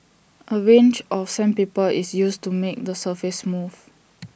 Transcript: A range of sandpaper is used to make the surface smooth